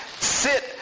sit